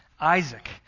Isaac